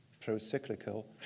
pro-cyclical